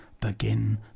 begin